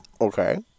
Okay